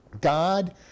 God